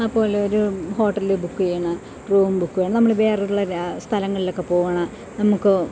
അപ്പോഴൊരു ഹോട്ടലിൽ ബുക്ക് ചെയ്യണ റൂം ബുക്ക് ചെയ്യണം നമ്മൾ വേറുള്ള സ്ഥലങ്ങളിലൊക്കെ പോകുകയാണ് നമുക്ക്